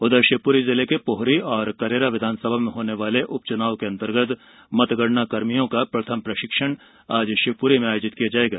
उधर शिवप्री जिले के पोहरी और करैरा विधानसभा में होने वाले उपचुनाव के अंतर्गत मतगणना कर्मियों का प्रथम प्रशिक्षण आज शिवपुरी में आयोजित किया जाएगा